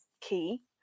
key